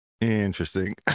Interesting